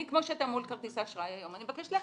אני מבקש להקפיא.